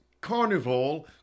Carnival